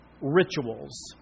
rituals